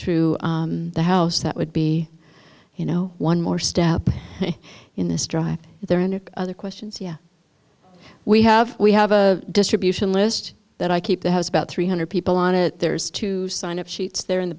through the house that would be you know one more step in this drive there are other questions you we have we have a distribution list that i keep that has about three hundred people on it there's two sign up sheets there in the